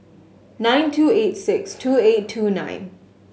nine two eight six two eight two nine